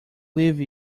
leave